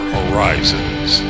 Horizons